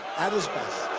at his best.